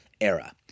era